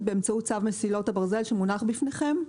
באמצעות צו מסילות הברזל שמונח בפניכם,